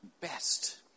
best